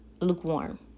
lukewarm